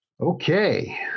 Okay